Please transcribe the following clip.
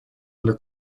alle